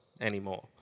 anymore